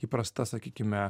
įprasta sakykime